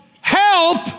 help